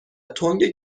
تنگ